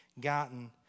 gotten